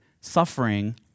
Suffering